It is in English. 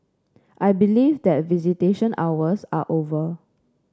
I believe that visitation hours are over